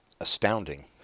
astounding